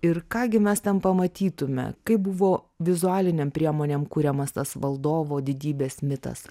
ir ką gi mes tam pamatytume kaip buvo vizualinėm priemonėm kuriamas tas valdovo didybės mitas